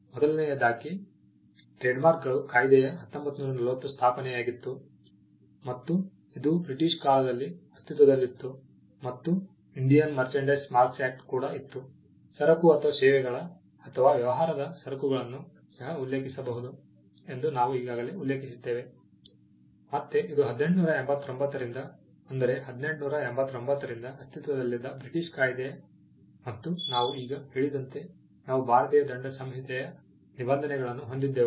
ಮೊದಲನೆಯದಾಗಿ ಟ್ರೇಡ್ಮಾರ್ಕ್ಗಳ ಕಾಯ್ದೆ 1940 ಸ್ಥಾಪನೆಯಾಗಿತ್ತು ಮತ್ತು ಅದು ಬ್ರಿಟಿಷ್ ಕಾಲದಲ್ಲಿ ಅಸ್ತಿತ್ವದಲ್ಲಿತ್ತು ಮತ್ತು ಭಾರತೀಯ ಮರ್ಚಂಡೈಸ್ ಮಾರ್ಕ್ಸ್ ಆಕ್ಟ್ ಕೂಡ ಇತ್ತು ಸರಕು ಅಥವಾ ಸೇವೆಗಳ ಅಥವಾ ವ್ಯಾಪಾರದ ಸರಕುಗಳನ್ನು ಸಹ ಉಲ್ಲೇಖಿಸಬಹುದು ಎಂದು ನಾವು ಈಗಾಗಲೇ ಉಲ್ಲೇಖಿಸಿದ್ದೇವೆ ಮತ್ತೆ ಇದು 1889 ರಿಂದ ಅಂದರೆ 1889 ರಿಂದ ಅಸ್ತಿತ್ವದಲ್ಲಿದ್ದ ಬ್ರಿಟಿಷ್ ಕಾಯಿದೆ ಮತ್ತು ನಾವು ಈಗ ಹೇಳಿದಂತೆ ನಾವು ಭಾರತೀಯ ದಂಡ ಸಂಹಿತೆಯ ನಿಬಂಧನೆಗಳನ್ನು ಹೊಂದಿದ್ದೆವು